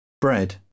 bread